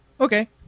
Okay